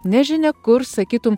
nežinia kur sakytum